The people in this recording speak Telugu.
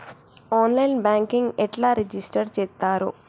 ఆన్ లైన్ బ్యాంకింగ్ ఎట్లా రిజిష్టర్ చేత్తరు?